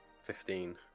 Fifteen